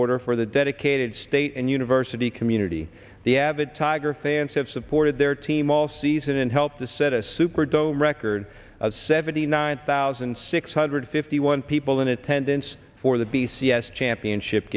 order for the dedicated state and university community the avid tiger fans have supported their team all season and helped to set a super dome record of seventy nine thousand six hundred fifty one people in attendance for the b c s championship